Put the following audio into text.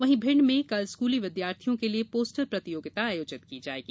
वहीं भिंड में कल स्कूली विद्यार्थियों के लिए पोस्टर प्रतियोगिता आयोजित की जायेगी